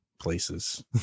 places